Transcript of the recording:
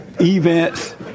events